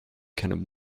can